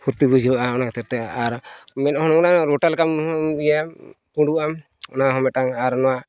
ᱯᱷᱩᱨᱛᱤ ᱵᱩᱡᱷᱟᱹᱣᱜᱼᱟ ᱚᱱᱟ ᱠᱷᱟᱹᱛᱤᱨᱛᱮ ᱟᱨ ᱢᱮᱫ ᱦᱚᱸ ᱚᱱᱟ ᱨᱚᱴᱮ ᱞᱮᱠᱟᱢ ᱤᱭᱟᱹᱭᱟ ᱯᱩᱰᱩᱜ ᱟᱢ ᱚᱱᱟ ᱦᱚᱸ ᱢᱤᱫᱴᱟᱝ ᱟᱨ ᱱᱚᱣᱟ